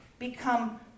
become